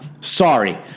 Sorry